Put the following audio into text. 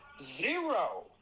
Zero